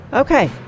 Okay